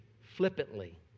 flippantly